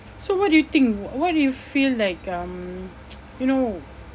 so what do you think wh~ what do you feel like um you know